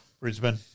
Brisbane